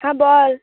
হ্যাঁ বল